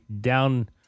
down